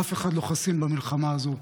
אף אחד לא חסין במלחמה הזו,